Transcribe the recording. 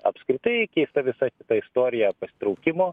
apskritai keista visa ta istorija pasitraukimo